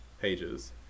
pages